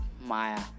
maya